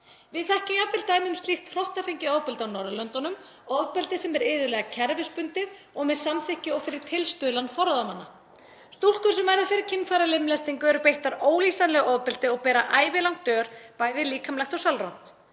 Við þekkjum jafnvel dæmi um slíkt hrottafengið ofbeldi á Norðurlöndunum, ofbeldi sem er iðulega kerfisbundið og með samþykki og fyrir tilstuðlan forráðamanna. Stúlkur sem verða fyrir kynfæralimlestingum eru beittar ólýsanlegu ofbeldi og bera ævilangt ör, bæði líkamlegt og sálrænt.